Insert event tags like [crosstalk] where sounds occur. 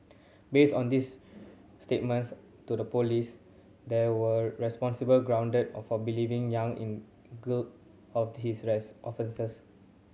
based on this statements to the police there were reasonable ground of for believing Yang in [unintelligible] of his race offences